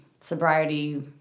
sobriety